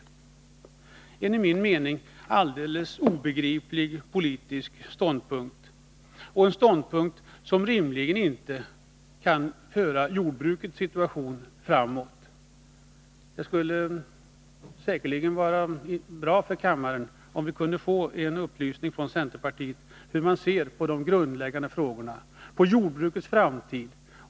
Detta är enligt min mening en alldeles obegriplig Onsdagen den politisk ståndpunkt, som rimligen inte kan föra jordbrukets situation framåt. — 23 mars 1983 Det skulle säkerligen vara bra för kammaren, om vi kunde få en upplysning från centerpartiet om hur man ser på de grundläggande frågorna. Hur ser — Förbud under man på jordbrukets framtid?